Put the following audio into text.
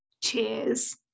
Cheers